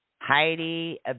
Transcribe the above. Heidi